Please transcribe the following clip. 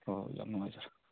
ꯍꯣꯏ ꯍꯣꯏ ꯌꯥꯝ ꯅꯨꯡꯉꯥꯏꯖꯔꯦ